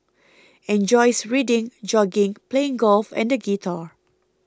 enjoys reading jogging playing golf and the guitar